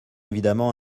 évidemment